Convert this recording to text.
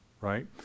right